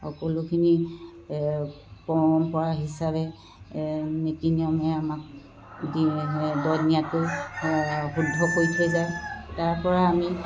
সকলোখিনি পৰম্পৰা হিচাপে নীতি নিয়মে আমাক দি দহদিনীয়াটো শুদ্ধ কৰি থৈ যায় তাৰপৰা আমি